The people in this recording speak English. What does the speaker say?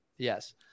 Yes